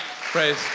praise